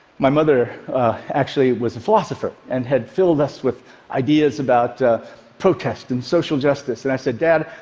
my mother actually was a philosopher, and had filled us with ideas about protest and social justice, and i said, dad,